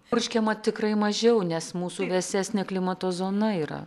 purškiama tikrai mažiau nes mūsų vesesnė klimato zona yra